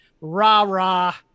rah-rah